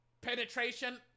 Penetration